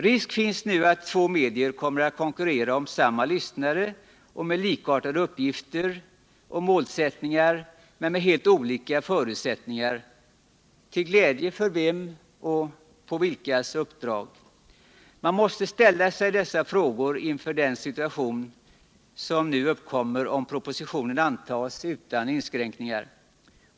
Risk finns nu att två medier kommer att konkurrera om samma lyssnare och med likartade uppgifter och målsättningar men med helt olika förutsättningar — till glädje för vem och på vilkas uppdrag? Man måste ställa sig dessa frågor inför den situation som uppkommer om propositionen antas utan inskränkningar.